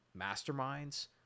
masterminds